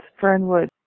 Fernwood